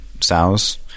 sows